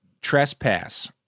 trespass